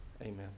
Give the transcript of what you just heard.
Amen